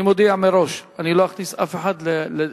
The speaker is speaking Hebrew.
אני מודיע מראש: אני לא אכניס אף אחד כדובר,